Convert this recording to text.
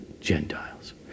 Gentiles